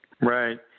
Right